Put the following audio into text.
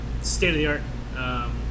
state-of-the-art